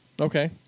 Okay